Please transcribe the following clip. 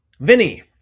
Vinny